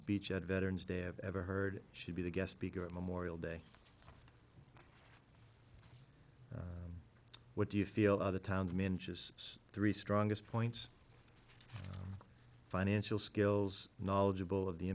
speech at veterans day i've ever heard should be the guest speaker at memorial day what do you feel other towns manages three strongest points financial skills knowledgeable of the